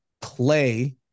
play